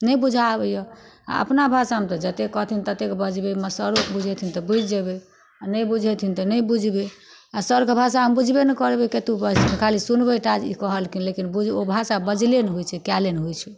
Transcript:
नहि बुझऽ आबै यऽ आोर अपना भाषामे तऽ जतेक कहथिन ततेक बजबै ओइमे सरो बुझेथिन तऽ बुझि जेबै नै बुझेथिन तऽ नहि बुझबै आओर सरके भाषा हम बुझबे नहि करबै कतो बजथिन खाली सुनबा टा जे ई कहलखिन लेकिन बुझबै ओ भाषा बजले नहि होइ छै कयले नहि होइ छै